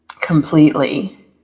completely